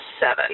seven